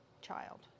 child